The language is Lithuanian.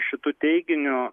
šituo teiginiu